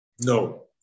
No